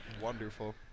Wonderful